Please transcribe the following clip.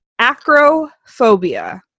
acrophobia